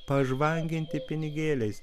pažvanginti pinigėliais